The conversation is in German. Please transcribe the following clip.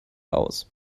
aus